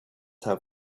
have